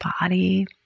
body